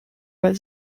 weil